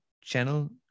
channel